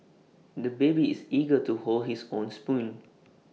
the baby is eager to hold his own spoon